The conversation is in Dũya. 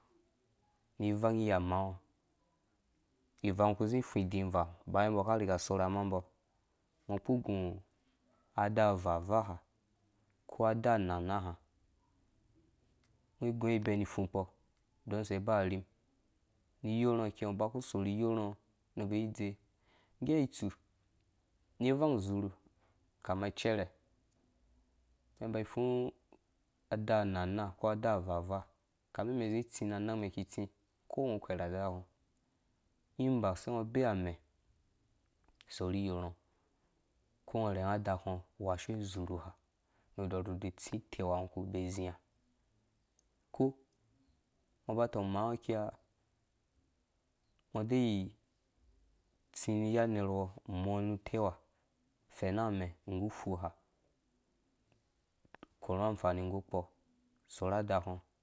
Ni ivang yiha maaɔ ivang yɛngɔ kuzi fũ diĩ vaa baya mbɔ ka riga sorh amaambɔ ngɔ kpu gu adaa avaa ha ko adaa anaa naaha ngɔ guɔ ibɛn fũ kpo donse ba arhim ni yor ngɔ ikei baku sorhi iyor ngɔ nu be dze ngge itsu ni vang izurhu kama cɛrɛ mɛn ba fu adaa naa ko adaa avaa vaa kame mɛn zi tsi na nang mɛn ki tsi ko ngɔ kwer adak ngɔ sei ngɔ be amɛ sorhigor ngo ko ngɔ be amɛ sorhiyɔr ngɔ ko ngɔ rhenga adak ngɔ washu zurhu nu dɔrhude tsi uteu ha ngɔ ku be zia ko ngɔ bat tɔng mabɔ aki ha ngɔ de tsi nu nerwɔ mɔ nu uteu ha fɛna amɛ nggu ufuha korha amfani nggu kpɔ sorha adak ngɔ.